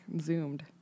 zoomed